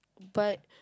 but